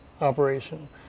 operation